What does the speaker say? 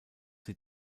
sie